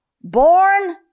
born